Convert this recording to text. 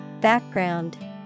Background